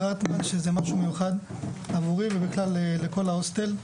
הרטמן שזה משהו מיוחד עבורי ובכלל לכל ההוסטל.